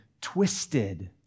twisted